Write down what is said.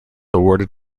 awarded